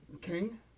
King